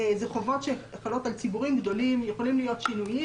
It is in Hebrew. - אלה חובות על ציבורים גדולים - שינויים.